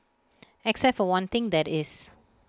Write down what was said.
except for one thing that is